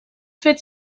fets